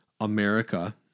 America